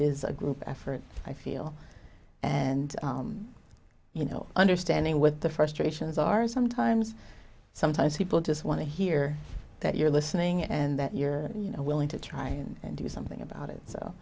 is a group effort i feel and you know understanding what the first ratios are sometimes sometimes people just want to hear that you're listening and that you're you know willing to try and do something about it so